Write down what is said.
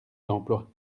d’emplois